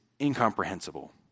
incomprehensible